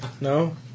No